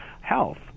health